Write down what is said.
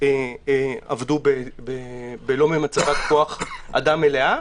עבדו במצבת כוח-אדם מלאה.